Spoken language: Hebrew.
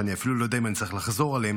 שאני אפילו לא יודע אם אני צריך לחזור עליהם,